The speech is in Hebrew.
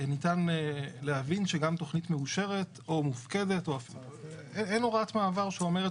ניתן להבין שגם תכנית מאושרת או מופקדת -- -אין הוראת מעבר שאומרת